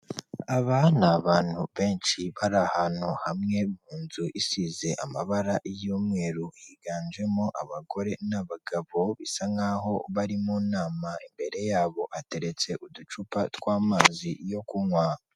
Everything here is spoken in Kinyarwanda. Aba ni abantu benshi bari ahantu hamwe mu nzu isize amabara y'umweru, higanjemo abagore n'abagabo bisa nk'aho bari mu nama, imbere yabo ateretse uducupa tw'amazi yo kunywa.